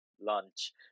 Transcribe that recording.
lunch